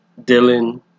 Dylan